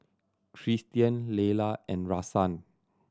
Christian Leyla and Rahsaan